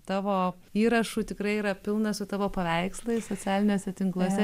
tavo įrašų tikrai yra pilna su tavo paveikslais socialiniuose tinkluose